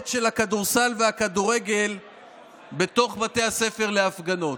של הכדורסל והכדורגל בתוך בתי הספר להפגנות.